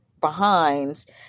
behinds